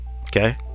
Okay